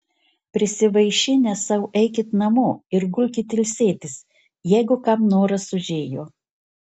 prisivaišinę sau eikit namo ir gulkit ilsėtis jeigu kam noras užėjo